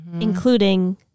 Including